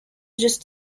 just